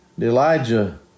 Elijah